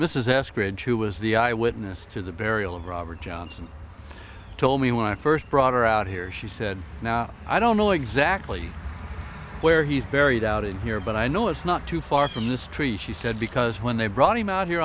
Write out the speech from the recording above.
was the eyewitness to the burial of robert johnson told me when i first brought her out here she said now i don't know exactly where he is buried out here but i know it's not too far from this tree she said because when they brought him out here